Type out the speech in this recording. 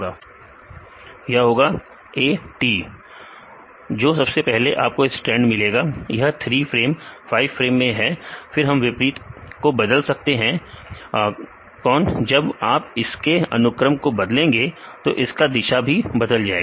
विद्यार्थी GC सही है G विद्यार्थी C C विद्यार्थी TT AT सही है जो सबसे पहले आपको स्ट्रैंड मिलेगा इस 3 फ्रेम 5 फ्रेम में फिर हम विपरीत को बदल सकते हैं कौन जब आप इसके अनुक्रम को बदलेंगे तो इसका दिशा बदल जाएगा